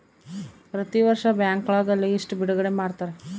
ಪ್ರತಿ ವರ್ಷ ಬ್ಯಾಂಕ್ಗಳ ಲಿಸ್ಟ್ ಬಿಡುಗಡೆ ಮಾಡ್ತಾರ